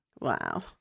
Wow